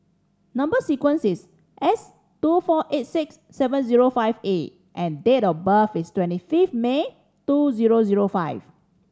number sequence is S two four eight six seven zero five A and date of birth is twenty fifth May two zero zero five